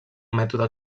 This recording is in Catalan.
mètode